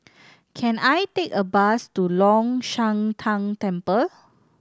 can I take a bus to Long Shan Tang Temple